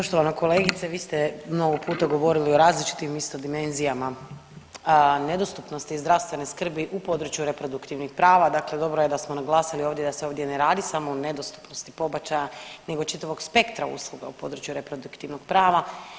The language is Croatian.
Poštovana kolegice, vi ste mnogo puta govorili o različitim isto dimenzijama nedostupnosti zdravstvene skrbi u području reproduktivnih prava, dakle dobro je da smo naglasili ovdje da se ovdje ne radi samo o nedostupnosti pobačaja nego čitavog spektra usluga u području reproduktivnog prava.